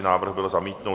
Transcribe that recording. Návrh byl zamítnut.